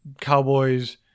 cowboys